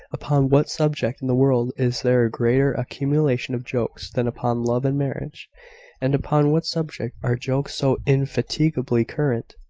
upon what subject in the world is there a greater accumulation of jokes than upon love and marriage and upon what subject are jokes so indefatigably current?